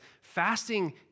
fasting